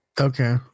Okay